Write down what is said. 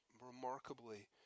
remarkably